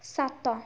ସାତ